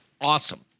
awesome